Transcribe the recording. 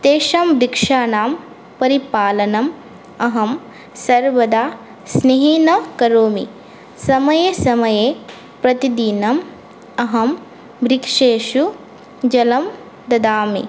तेषां वृक्षाणां परिपालनम् अहं सर्वदा स्नेहेन करोमि समये समये प्रतिदिनम् अहं वृक्षेषु जलं ददामि